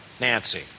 Nancy